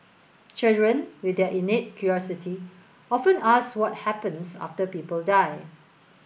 children with their innate curiosity often ask what happens after people die